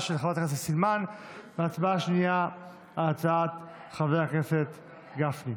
של חברת הכנסת סילמן והצבעה שנייה על הצעת חבר הכנסת גפני.